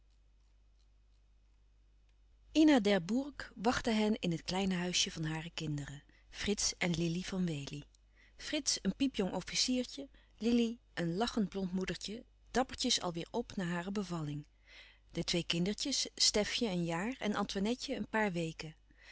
behoort ina d'herbourg wachtte hen in het kleine huisje van hare kinderen frits en lili van wely frits een piepjong officiertje lili een lachend blond moedertje dappertjes al weêr p na hare bevalling de twee kindertjes stefje een jaar en antoinetje een paar weken